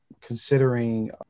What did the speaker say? considering